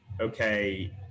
okay